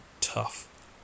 tough